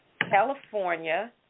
California